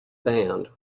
band